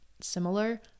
similar